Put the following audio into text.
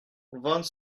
vingt